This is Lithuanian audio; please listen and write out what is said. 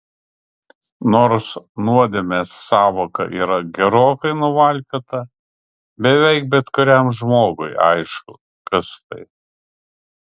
nors nuodėmės sąvoka yra gerokai nuvalkiota beveik bet kuriam žmogui aišku kas tai